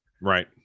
Right